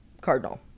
Cardinal